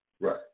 Right